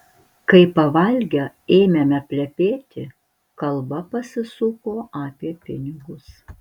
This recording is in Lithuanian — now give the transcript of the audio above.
kai pavalgę ėmėme plepėti kalba pasisuko apie pinigus